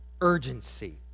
urgency